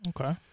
Okay